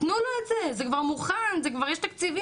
תנו לו את זה, זה כבר מוכן, כבר יש תקציבים.